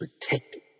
protected